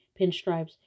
pinstripes